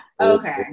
okay